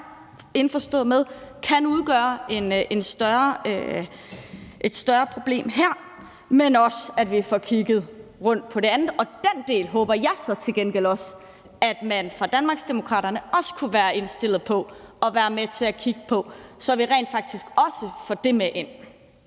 indforstået med kan udgøre et større problem her, men også at vi får kigget på det andet. Og den del håber jeg så til gengæld også man fra Danmarksdemokraternes side kunne være indstillet på at være med til at kigge på, så vi rent faktisk også får det med ind.